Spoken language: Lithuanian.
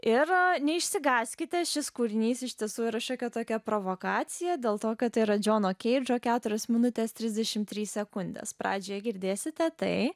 ir neišsigąskite šis kūrinys iš tiesų yra šiokia tokia provokacija dėl to kad yra džono keidžo keturios minutės trisdešimt trys sekundes pradžioje girdėsite tai